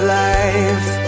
life